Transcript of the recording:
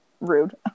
rude